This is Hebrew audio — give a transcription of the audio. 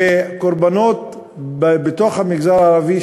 וקורבנות במגזר הערבי,